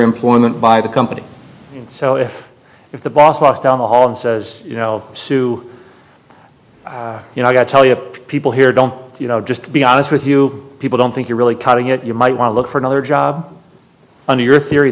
employment by the company so if if the boss hostile holland says you know sue you know i got to tell you people here don't you know just to be honest with you people don't think you're really cutting it you might want to look for another job under your theory